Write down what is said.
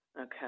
Okay